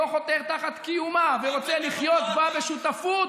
לא חותר תחת קיומה ורוצה לחיות בה בשותפות,